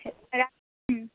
হুম